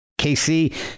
KC